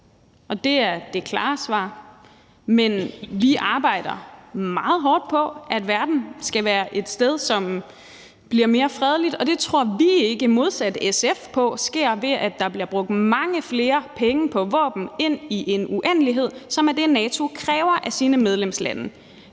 Det er det klare svar, men vi arbejder meget hårdt på, at verden skal være et sted, som bliver mere fredelig, og det tror vi ikke på, modsat SF, sker, ved at der bliver brugt mange flere penge på våben i en uendelighed, som er det, NATO kræver af sine medlemslande.